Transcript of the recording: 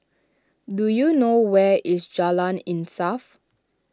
do you know where is Jalan Insaf